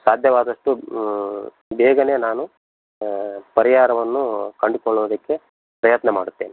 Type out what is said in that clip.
ಸಾಧ್ಯವಾದಷ್ಟು ಬೇಗ ನಾನು ಪರಿಹಾರವನ್ನು ಕಂಡುಕೊಳ್ಳೋದಕ್ಕೆ ಪ್ರಯತ್ನ ಮಾಡುತ್ತೇನೆ